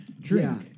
drink